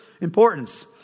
importance